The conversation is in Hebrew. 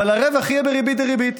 אבל הרווח יהיה בריבית דריבית.